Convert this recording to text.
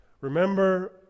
Remember